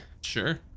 Sure